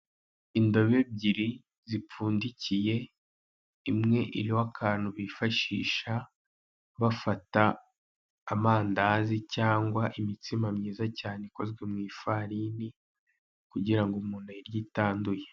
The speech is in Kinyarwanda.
Indobo ebyiri zipfundikiye imwe iriho akantu bifashisha bafata amandazi, cuangwa imitsima myiza cyane ikozwe mu ifarine kugira ngo umuntu ayirye itanduye.